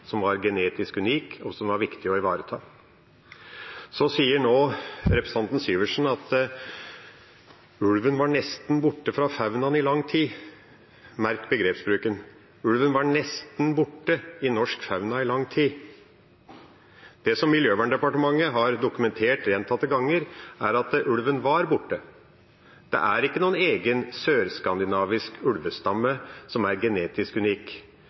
som var genetisk unik og viktig å ivareta. Nå sier representanten Hans Olav Syversen at ulven nesten var borte fra faunaen i lang tid. Merk begrepsbruken «ulven var nesten var borte i norsk fauna i lang tid». Miljøverndepartementet har gjentatte ganger dokumentert at ulven var borte. Det er ikke noen egen sørskandinavisk stamme som er genetisk unik.